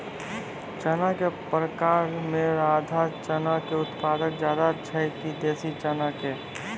चना के प्रकार मे राधा चना के उत्पादन ज्यादा छै कि देसी चना के?